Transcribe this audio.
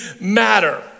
matter